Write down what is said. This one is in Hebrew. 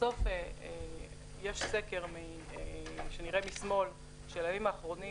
בסוף יש סקר של הלמ"ס מהימים האחרונים,